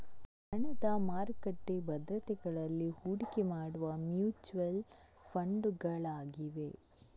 ಹಣದ ಮಾರುಕಟ್ಟೆ ಭದ್ರತೆಗಳಲ್ಲಿ ಹೂಡಿಕೆ ಮಾಡುವ ಮ್ಯೂಚುಯಲ್ ಫಂಡುಗಳಾಗಿವೆ